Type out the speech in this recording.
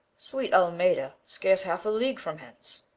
sweet almeda, scarce half a league from hence.